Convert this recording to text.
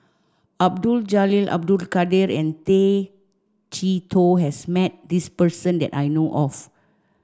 Abdul Jalil Abdul Kadir and Tay Chee Toh has met this person that I know of